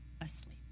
asleep